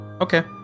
Okay